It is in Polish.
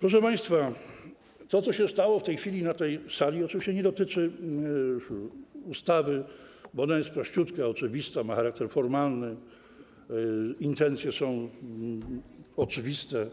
Proszę państwa, to, co się stało w tej chwili na tej sali, oczywiście nie dotyczy ustawy, bo ona jest prościutka, oczywista, ma charakter formalny, intencje są oczywiste;